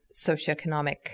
socioeconomic